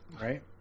Right